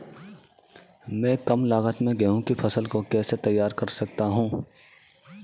मैं कम लागत में गेहूँ की फसल को कैसे तैयार कर सकता हूँ?